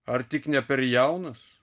ar tik ne per jaunas